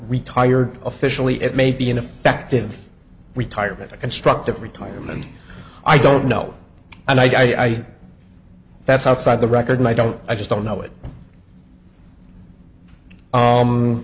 retired officially it may be an effective retirement a constructive retirement i don't know and i that's outside the record i don't i just don't know it